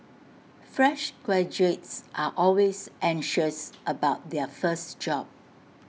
fresh graduates are always anxious about their first job